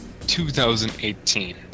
2018